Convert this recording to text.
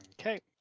Okay